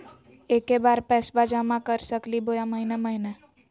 एके बार पैस्बा जमा कर सकली बोया महीने महीने?